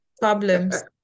problems